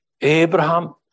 Abraham